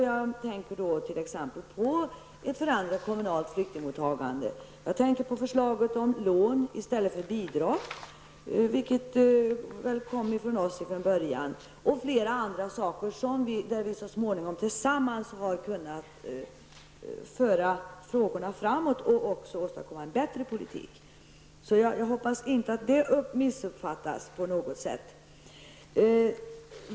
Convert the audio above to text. Jag tänker t.ex. på förslaget om ett förändrat kommunalt flyktingmottagande, jag tänker på förslaget om lån i stället för bidrag, vilket väl kom från oss från början, och flera andra förslag med vilkas hjälp vi så småningom tillsammans har kunnat föra frågorna framåt och åstadkomma en bättre politik. Jag hoppas därför att det inte missuppfattas på något sätt.